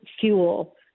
fuel